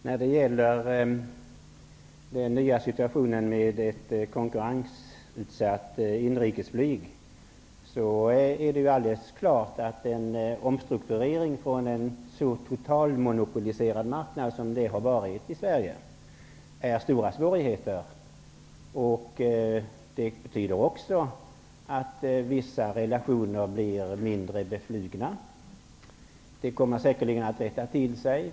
Herr talman! När det gäller den nya situationen med ett konkurrensutsatt inrikesflyg är det alldeles klart att en omstrukturering från en så totalt monopoliserad marknad som det har varit i Sverige innebär stora svårigheter. Det betyder också att vissa sträckor blir mindre beflugna. Det kommer säkerligen att rätta till sig.